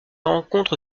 rencontre